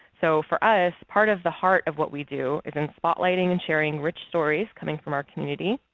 so for us, part of the heart of what we do is and spotlighting and sharing rich stories coming from our community.